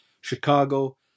Chicago